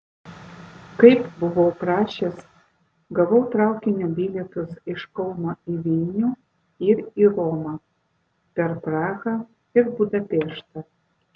kaip buvau prašęs gavau traukinio bilietus iš kauno į vilnių ir į romą per prahą ir budapeštą